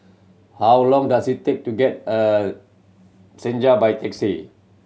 how long does it take to get Senja by taxi